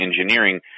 engineering